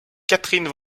catherine